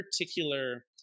particular